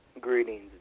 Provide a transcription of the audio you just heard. Greetings